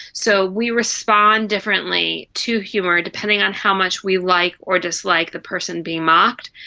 so we respond differently to humour, depending on how much we like or dislike the person being mocked,